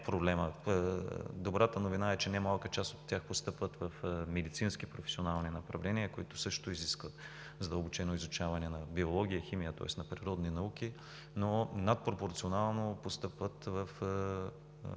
образование. Добрата новина е, че немалка част от тях постъпват в медицински професионални направления, които също изискват задълбочено изучаване на биология, химия, тоест на природни науки, но надпропорционално постъпват в